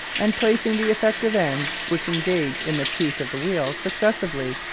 and placing the effective ends, which engage in the teeth of the wheel successively,